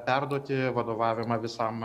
perduoti vadovavimą visam